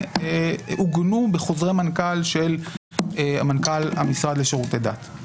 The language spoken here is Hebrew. עוגנו בחוזרי מנכ"ל של המשרד לשירותי דת.